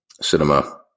cinema